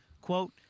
Quote